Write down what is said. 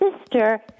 sister